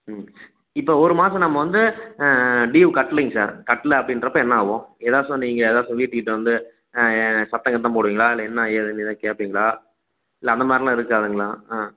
ம் இப்போ ஒரு மாதம் நம்ம வந்து டியூவ் கட்டலைங்க சார் கட்டலை அப்படின்றப்ப என்ன ஆவும் ஏதாச்சும் நீங்கள் ஏதாச்சும் வீட்டுக்கிட்டே வந்து சத்தம் கித்தம் போடுவீங்களா இல்லை என்ன ஏதுன்னு ஏதா கேட்பீங்களா இல்லை அந்த மாதிரிலாம் இருக்காதுங்களா ஆ